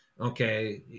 okay